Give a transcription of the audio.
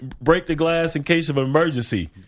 break-the-glass-in-case-of-emergency